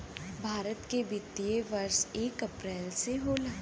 भारत के वित्तीय वर्ष एक अप्रैल से होला